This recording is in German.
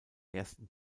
ersten